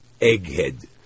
Egghead